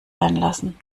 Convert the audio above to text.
einlassen